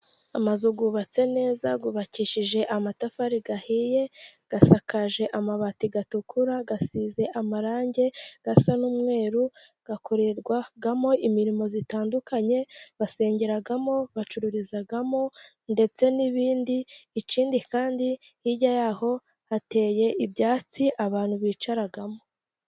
Amazu yubatse neza, yubakishije amatafari ahiye, asakaje amabati atukura, asize amarangi asa n'umweru. Akorerwamo imirimo itandukanye. Basengeramo, bacururizamo ndetse n'ibindi. Ikindi kandi hirya y'aho hateye ibyatsi abantu bicaramo.